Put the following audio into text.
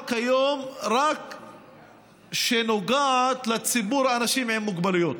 כיום רק בנוגע לציבור האנשים עם מוגבלויות,